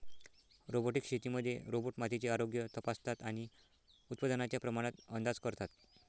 robotic शेतीमध्ये robot मातीचे आरोग्य तपासतात आणि उत्पादनाच्या प्रमाणात अंदाज करतात